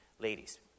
Ladies